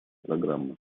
программы